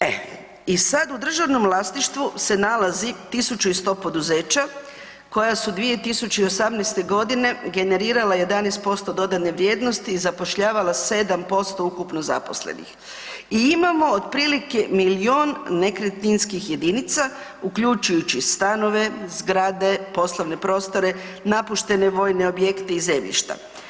E, i sad u državnom vlasništvu se nalazi 1100 poduzeća koji su 2018. generirala 11% dodane vrijednosti i zapošljavala 7% ukupno zaposlenih i imamo otprilike milijun nekretninskih jedinica, uključujući stanove, zgrade, poslovne prostore, napuštene vojne objekte i zemljišta.